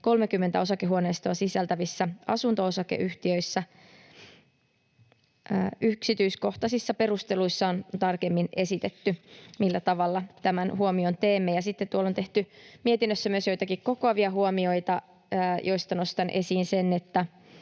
30 osakehuoneistoa sisältävissä asunto-osakeyhtiöissä. Yksityiskohtaisissa perusteluissa on tarkemmin esitetty, millä tavalla tämän huomion teemme. Sitten mietinnössä on tehty myös joitakin kokoavia huomioita, joista nostan esiin sen, että